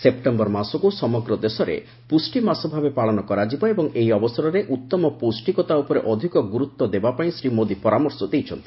September ମାସକୁ ସମଗ୍ର ଦେଶରେ ପୁଷ୍ଟି ମାସ ଭାବେ ପାଳନ କରାଯିବ ଏବଂ ଏହି ଅବସରରେ ଉତ୍ତମ ପୌଷ୍ଟିକତା ଉପରେ ଅଧିକ ଗୁରୁତ୍ୱ ଦେବାପାଇଁ ଶ୍ରୀ ମୋଦି ପରାମର୍ଶ ଦେଇଛନ୍ତି